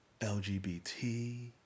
LGBT